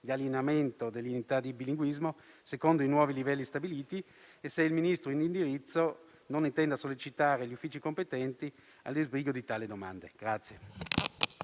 di allineamento dell'indennità di bilinguismo secondo i nuovi livelli stabiliti e se il Ministro in indirizzo non intenda sollecitare gli uffici competenti al disbrigo di tali domande.